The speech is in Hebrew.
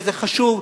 שזה חשוב,